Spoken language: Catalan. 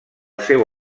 seu